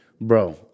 Bro